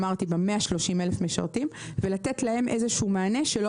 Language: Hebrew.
ב-130,000 המשרתים ולתת להם איזשהו מענה שלא